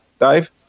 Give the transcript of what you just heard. Dave